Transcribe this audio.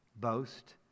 boast